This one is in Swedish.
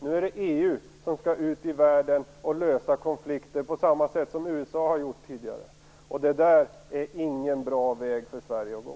Nu är det EU som skall ut i världen och lösa konflikter på samma sätt som USA har gjort tidigare. Det är ingen bra väg för Sverige att gå.